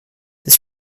this